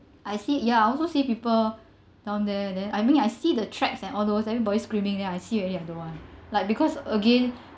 I see y I also see people down there then I mean I see the tracks and all those everybody screaming then I see already I don't want like because again